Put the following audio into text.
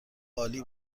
عالی